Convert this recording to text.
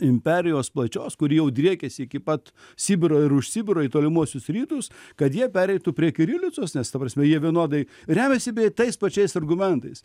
imperijos plačios kuri jau driekėsi iki pat sibiro ir už sibiro į tolimuosius rytus kad jie pereitų prie kirilicos nes ta prasme jie vienodai remiasi beje tais pačiais argumentais